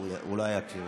הוא לא היה כשקראתי.